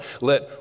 let